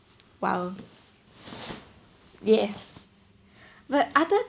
!wow! yes but other